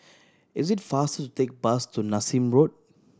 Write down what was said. is it faster to take bus to Nassim Road